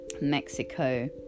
Mexico